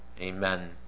Amen